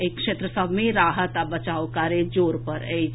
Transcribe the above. एहि क्षेत्र सभ मे राहत आ बचाव कार्य जोर पर अछि